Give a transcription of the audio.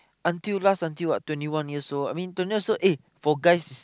until last until what twenty one years old I mean twenty one years old eh for guys is